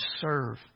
serve